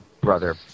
Brother